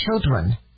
children